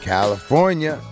California